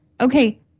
okay